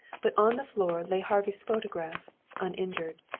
but on the floor lay harvey's photograph uninjured.